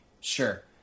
Sure